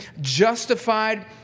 justified